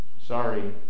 Sorry